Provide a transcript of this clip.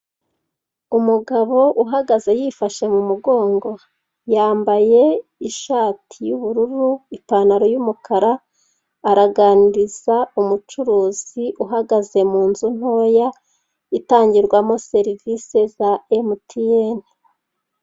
Umugabo uhagaze yifashe mu mugongo. Yambaye ishati y'ubururu, ipantaro y'umukara, araganiriza umucuruzi uhagaze mu nzu ntoya itangirwamo serivise za emutiyeni.